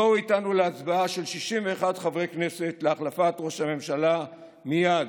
בואו איתנו להצבעה של 61 חברי כנסת להחלפת ראש הממשלה מייד.